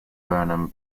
burnham